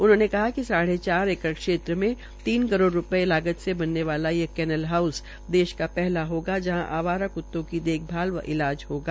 उन्होंने कहा कि साढ़े चार एकड़ क्षेत्र मे तीन करोड़ रूपये की लागत से बनने वाला ये केनल हाउस देश का पहला होगा जहां आवारा कृतों की देखभाल व इलाज होगा